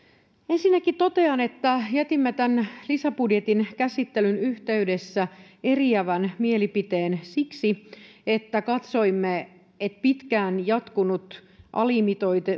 ensinnäkin totean että jätimme tämän lisäbudjetin käsittelyn yhteydessä eriävän mielipiteen siksi että katsoimme että pitkään jatkunut alimitoitus